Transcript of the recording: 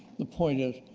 the point is,